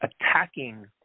attacking